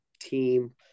team